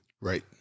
Right